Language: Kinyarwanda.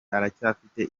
aracyafite